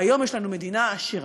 והיום יש לנו מדינה עשירה,